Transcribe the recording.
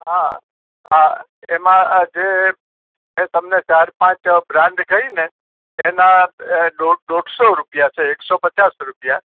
હા હા એમાં જે મે તમને ચાર પાંચ બ્રાન્ડ કહીને એના દોઢ દોઢસો રૂપિયા છે એકસો પચાસ રૂપિયા